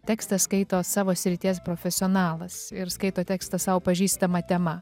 tekstą skaito savo srities profesionalas ir skaito tekstą sau pažįstama tema